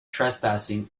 trespassing